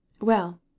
Well